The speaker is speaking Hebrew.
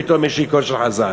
פתאום יש לי קול של חזן.